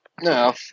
No